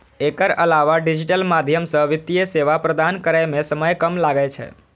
एकर अलावा डिजिटल माध्यम सं वित्तीय सेवा प्रदान करै मे समय कम लागै छै